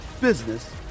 business